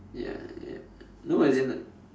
ya ya no as in like